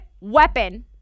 weapon